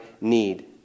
need